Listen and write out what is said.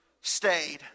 stayed